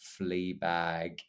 Fleabag